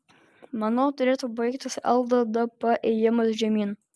manau turėtų baigtis lddp ėjimas žemyn